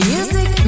Music